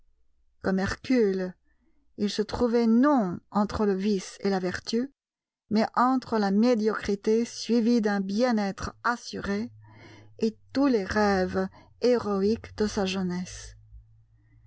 comme hercule il se trouvait non entre le vice et la vertu mais entre là médiocrité suivie d'un bien-être assuré et tous les rêves héroïques de sa jeunesse